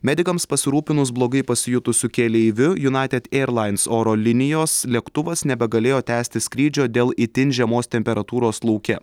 medikams pasirūpinus blogai pasijutusius keleiviu united airlines oro linijos lėktuvas nebegalėjo tęsti skrydžio dėl itin žemos temperatūros lauke